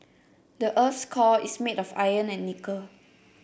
the earth's core is made of iron and nickel